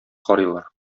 карыйлар